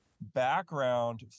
background